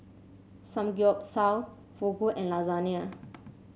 Samgyeopsal Fugu and Lasagna